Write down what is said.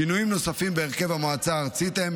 שינויים נוספים בהרכב המועצה הארצית הם